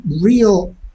real